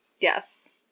Yes